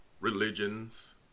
religions